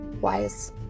wise